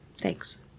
Thanks